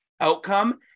outcome